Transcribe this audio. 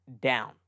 down